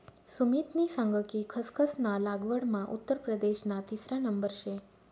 सुमितनी सांग कि खसखस ना लागवडमा उत्तर प्रदेशना तिसरा नंबर शे